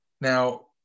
Now